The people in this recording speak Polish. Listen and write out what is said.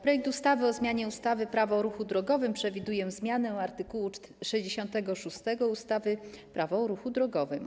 Projekt ustawy o zmianie ustawy - Prawo o ruchu drogowym przewiduje zmianę art. 66 ustawy - Prawo o ruchu drogowym.